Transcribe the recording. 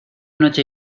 noche